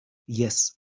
yes